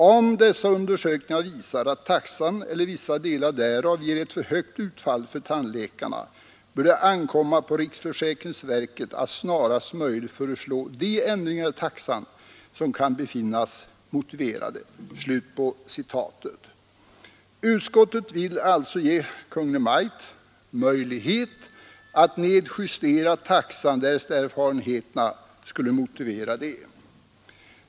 Om dessa undersökningar visar att taxan eller vissa delar därav ger ett för högt utfall för tandläkarna bör det ankomma på riksförsäkringsverket att snarast möjligt föreslå de ändringar i taxan som kan befinnas motiverade.” Utskottet vill alltså ge Kungl. Maj:t möjlighet att justera ned taxan därest erfarenheterna skulle motivera det.